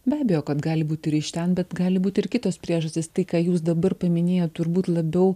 be abejo kad gali būti ir iš ten bet gali būti ir kitos priežastys tai ką jūs dabar paminėjot turbūt labiau